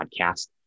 podcast